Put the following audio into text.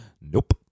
Nope